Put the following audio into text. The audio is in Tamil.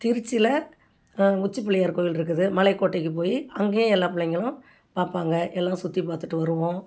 திருச்சியில் உச்சிபிள்ளையார் கோயில் இருக்குது மலைக்கோட்டைக்கு போய் அங்கேயும் எல்லா பிள்ளைங்களும் பார்ப்பாங்க எல்லாம் சுற்றி பார்த்துட்டு வருவோம்